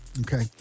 Okay